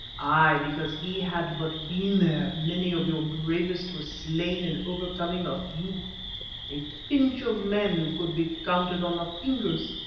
ay, because he had but been there many of your bravest were slain in overcoming a few a pinch of men who could be counted on the fingers.